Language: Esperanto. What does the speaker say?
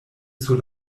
sur